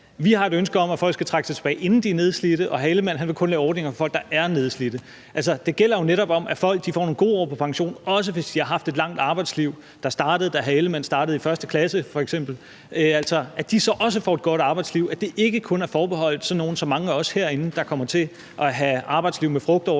vi har et ønske om, at folk skal trække sig tilbage, inden de er nedslidte, og hr. Jakob Ellemann-Jensen vil kun lave ordninger for folk, der er nedslidte. Altså, det gælder jo netop om, at folk får nogle gode år på pension, også hvis de har haft et langt arbejdsliv, der startede, da hr. Jakob Ellemann-Jensen startede i 1. klasse, og at de så også får et godt arbejdsliv. Det er ikke kun forbeholdt sådan nogle som mange af os herinde, der kommer til at have et arbejdsliv med frugtordninger